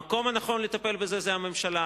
המקום הנכון לטפל בזה זה הממשלה,